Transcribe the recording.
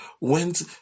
went